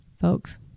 folks